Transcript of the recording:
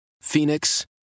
Phoenix